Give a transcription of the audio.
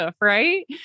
Right